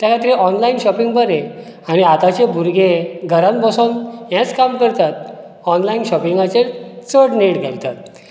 ते खातीर online shopping बरें आनी आताचें भुरगे घरांत बसोन हेंच काम करतात ऑनलायन शॉपींगाचेर चड नेट घेतात